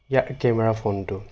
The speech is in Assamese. ইয়াৰ কেমেৰা ফোনটো